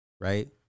Right